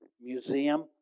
Museum